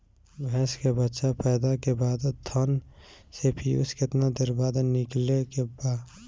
भैंस के बच्चा पैदा के बाद थन से पियूष कितना देर बाद निकले के बा?